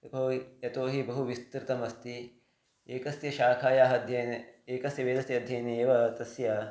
यतोहि यतो हि बहुविस्तृतमस्ति एकस्य शाखायाः अध्ययने एकस्य वेदस्य अध्ययने एव तस्य